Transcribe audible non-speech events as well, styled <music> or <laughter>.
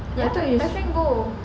<noise> go